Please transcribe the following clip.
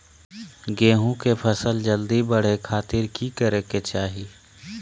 गेहूं के फसल जल्दी बड़े खातिर की करे के चाही?